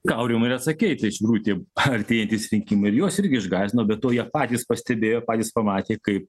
aurimai ir atsakei tai iš tikrųjų tie artėjantys rinkimai ir juos irgi išgąsdino be to jie patys pastebėjo patys pamatė kaip